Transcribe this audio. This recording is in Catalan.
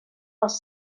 pels